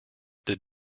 did